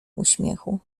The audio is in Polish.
uśmiechu